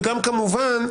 וגם כמובן,